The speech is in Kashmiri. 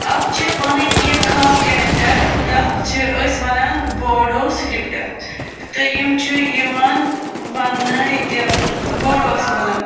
اتھ چھِ پنٕنۍ کیٚنٛہہ خاص کٮ۪رٮ۪کٹر تتھ چھِ أسۍ وَنان بوڈو سِکرِپٹ تہٕ یِم چھِ یِوان وننٲے تہِ بوڈووَس منٛز